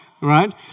right